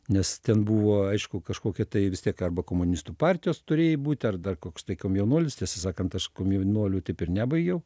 nes ten buvo aišku kažkokia tai vis tiek arba komunistų partijos turėjai būti ar dar koks tai komjaunuolis tiesą sakant aš komjaunuolių taip ir nebaigiau